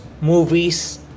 movies